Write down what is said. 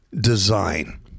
design